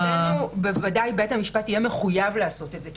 בית המשפט יהיה מחויב לעשות את זה,